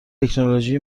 مهندسی